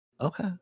Okay